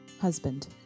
Husband